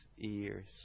ears